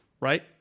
right